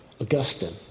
Augustine